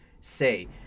say